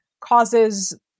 causes